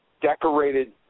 decorated